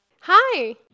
Hi